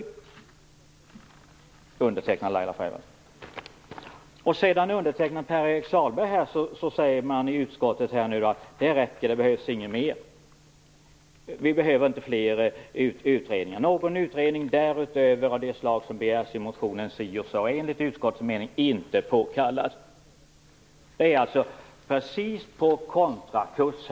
Denna plan är undertecknad av Laila Freivalds. I betänkandet, som Pär-Axel Sahlberg har undertecknat, säger utskottet att det räcker; det behövs inte fler utredningar. Det står: Någon utredning därutöver av det slag som begärs i motionen si och så är enligt utskottets mening inte påkallad. Man är alltså på kontrakurs.